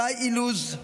גיא אילוז,